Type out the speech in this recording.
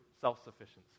self-sufficiency